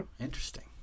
Interesting